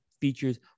features